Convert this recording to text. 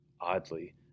Oddly